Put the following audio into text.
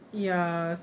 ya si~